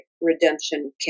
redemption